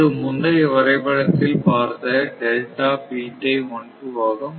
இது முந்தைய வரைபடத்தில் பார்த்த ஆகும்